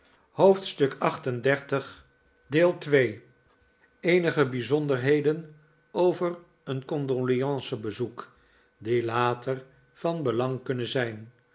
hoofdstuk xxxviii eenige bijzonderheden over een